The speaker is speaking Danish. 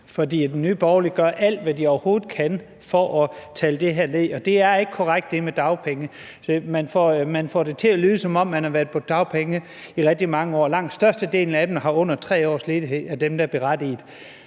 For Nye Borgerlige gør alt, hvad de overhovedet kan, for at tale det her ned, og det er ikke korrekt med dagpengene. Man får det til at lyde, som om de har været på dagpenge i rigtig mange år. Langt størstedelen af dem, der er berettiget,